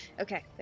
Okay